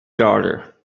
daughter